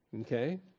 Okay